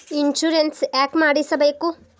Insurance ಯಾಕ್ ಮಾಡಿಸಬೇಕು?